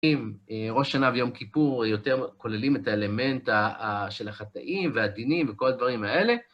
אם ראש שנה ויום כיפור יותר כוללים את האלמנט אה אה ... של החטאים והדינים וכל הדברים האלה.